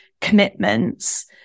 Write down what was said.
commitments